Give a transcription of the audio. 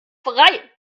frei